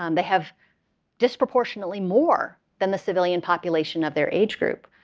um they have disproportionately more than the civilian population of their age group,